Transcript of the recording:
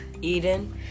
Eden